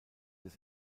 des